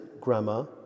grammar